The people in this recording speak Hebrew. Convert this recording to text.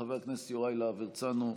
חבר הכנסת יוראי להב הרצנו,